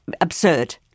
absurd